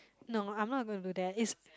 no I'm not going to do that it's